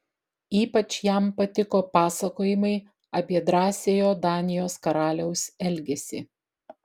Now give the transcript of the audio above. ypač jam patiko pasakojimai apie drąsiojo danijos karaliaus elgesį